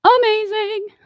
Amazing